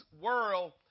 world